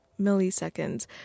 milliseconds